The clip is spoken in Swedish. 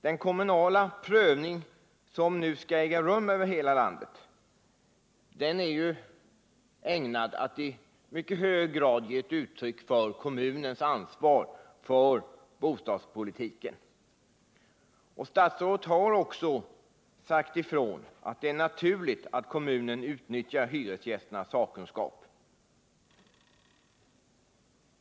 Den kommunala prövning som nu skall äga rum över hela landet är ju ägnad att mycket starkt betona kommunernas ansvar för bostadspolitiken. Statsrådet har också framhållit att det är naturligt att kommunerna tar till vara hyresgästernas sakkunskap.